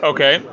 Okay